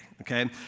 Okay